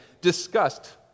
discussed